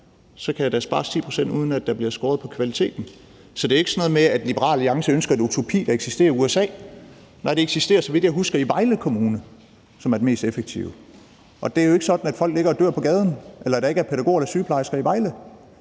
kan der spares 10 pct., uden at der bliver skåret ned på kvaliteten. Så det er ikke sådan noget med, at Liberal Alliance ønsker en utopi, der eksisterer i USA. Nej, det eksisterer, så vidt jeg husker, i Vejle Kommune, som er den mest effektive. Og det er jo ikke sådan, at folk ligger og dør på gaderne, eller at der ikke er pædagoger eller sygeplejersker i Vejle.